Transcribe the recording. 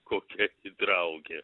kokia įtraukia